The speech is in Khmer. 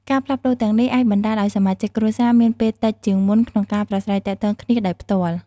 ការផ្លាស់ប្តូរទាំងនេះអាចបណ្ដាលឲ្យសមាជិកគ្រួសារមានពេលតិចជាងមុនក្នុងការប្រាស្រ័យទាក់ទងគ្នាដោយផ្ទាល់។